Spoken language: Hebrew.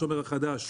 השומר החדש,